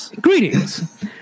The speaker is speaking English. Greetings